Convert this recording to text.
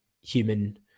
human